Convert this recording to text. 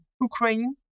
Ukraine